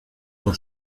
por